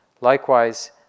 Likewise